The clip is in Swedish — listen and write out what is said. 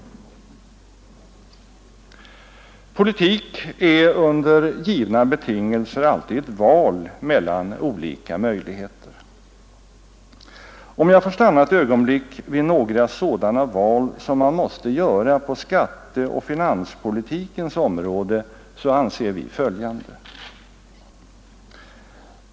Politik är under givna betingelser alltid ett val mellan olika möjligheter. Om jag får stanna ett ögonblick vid några sådana val som man måste göra på skatteoch finanspolitikens område, så anser vi följande.